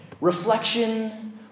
reflection